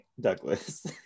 douglas